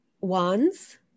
wands